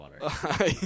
water